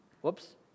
Whoops